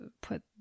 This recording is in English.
put